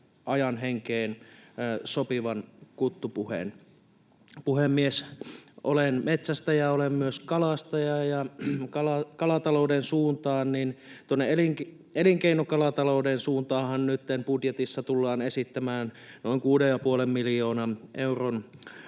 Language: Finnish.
ajan henkeen sopivan kuttupuheen. Puhemies! Olen metsästäjä, olen myös kalastaja. Tuonne elinkeinokalatalouden suuntaanhan nyt budjetissa tullaan esittämään noin kuutta ja puolta